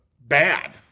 bad